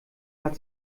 hat